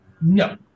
No